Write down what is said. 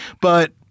But-